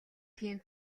тийм